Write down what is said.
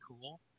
cool